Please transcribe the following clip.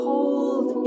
Hold